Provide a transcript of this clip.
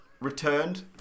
returned